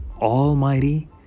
Almighty